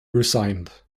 resigned